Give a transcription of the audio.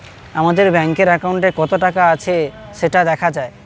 আমাদের ব্যাঙ্কের অ্যাকাউন্টে কত টাকা আছে সেটা দেখা যায়